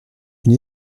une